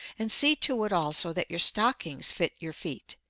and see to it also that your stockings fit your feet.